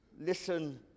listen